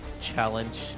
challenge